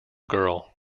girl